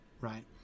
right